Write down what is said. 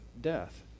death